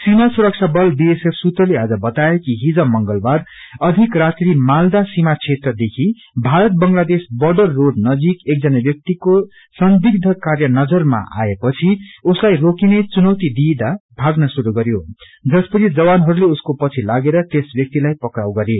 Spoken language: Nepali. सिमा सुरक्षा बल सूत्रले आज बताए कि हिज मंगलवार अघिक रात्रि मालदा सिमा क्षेत्र स्थित भारत बंगलादेश बोंडर रोड नजिक एकजना व्याक्तिको संदिग्ध कार्य नजरमा आएपछि उसलाई रोकिने चुनौती दिइंदा भाग्न श्रुरू गरयो जसपछि जवानहरूले उसको पछि लागेर त्यस व्याक्तिलाई पक्राउ गरे